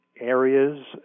areas